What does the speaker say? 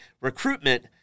recruitment